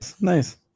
Nice